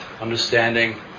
understanding